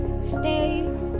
Stay